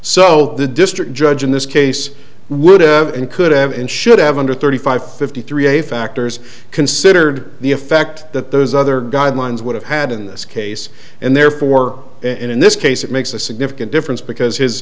so the district judge in this case would have and could have and should have under thirty five fifty three a factors considered the effect that those other guidelines we have had in this case and therefore in this case it makes a significant difference because his